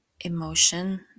emotion